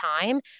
time